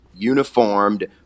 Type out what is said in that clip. uniformed